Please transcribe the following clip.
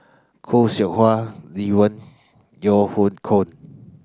Khoo Seow Hwa Lee Wen Yeo Hoe Koon